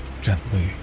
Gently